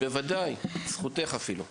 על שכינסת את הדיון החשוב הזה.